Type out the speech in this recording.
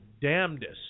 damnedest